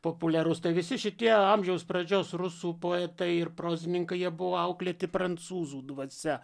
populiarus tai visi šitie amžiaus pradžios rusų poetai ir prozininkai jie buvo auklėti prancūzų dvasia